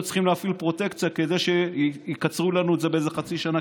צריכים להפעיל פרוטקציה כדי שיקצרו לנו את זה בחצי שנה,